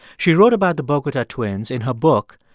she wrote about the bogota twins in her book,